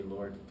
Lord